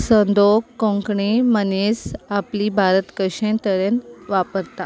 संदो कोंकणी मनीस आपली भारत कशें तरेन वापरता